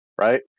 right